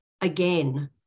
again